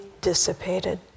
dissipated